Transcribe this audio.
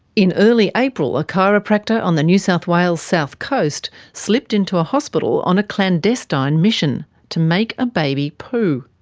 in early april a chiropractor on the new south wales south coast slipped into a hospital on a clandestine mission to make a baby poo.